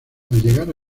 llegar